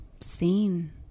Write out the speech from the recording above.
seen